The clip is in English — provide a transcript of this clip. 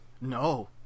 no